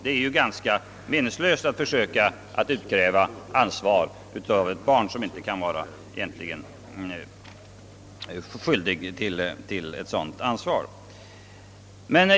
Det är ju ganska meningslöst att försöka bedöma ansvarigheten hos ett barn.